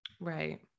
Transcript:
right